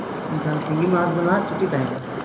ᱮᱱᱠᱷᱟᱱ ᱥᱤᱸᱜᱤ ᱢᱟᱦᱟ ᱨᱮᱫᱚ ᱱᱟᱜ ᱪᱷᱩᱴᱤ ᱛᱟᱦᱮᱱᱟ